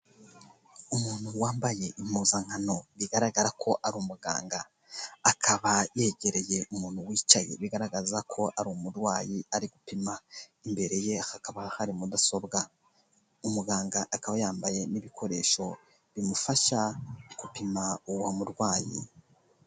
Umuntu wambaye impuzankano bigaragara ko ari umuganga akaba yegereye umuntu wicaye bigaragaza ko ari umurwayi ari gupima, imbere ye hakaba hari mudasobwa. Umuganga akaba yambaye n'ibikoresho bimufasha gupima uwo murwayi.